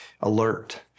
alert